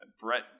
Brett